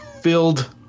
filled